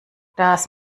das